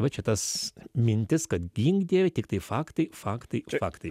va čia tas mintis kad gink dieve tiktai faktai faktai faktai